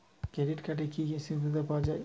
Credit কার্ডের কি কি সুবিধা পাওয়া যায়?